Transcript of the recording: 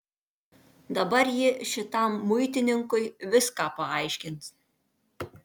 dabar ji šitam muitininkui viską paaiškins